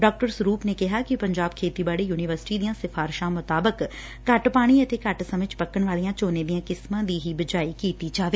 ਡਾ ਸਰੁਪ ਨੇ ਕਿਹਾ ਕਿ ਪੰਜਾਬ ਖੇਤੀਬਾੜੀ ਯੁਨੀਵਰਸਿਟੀ ਦੀਆਂ ਸਿਫਾਰਿਸਾਂ ਮੁਤਾਬਿਕ ਘੱਟ ਪਾਣੀ ਅਤੇ ਘੱਟ ਸਮੇ ਚ ਪੱਕਣ ਵਾਲੀਆਂ ਝੋਨੇ ਦੀਆਂ ਕਿਸਮਾਂ ਦੀ ਹੀ ਬਿਜਾਈ ਕੀਤੀ ਜਾਵੇ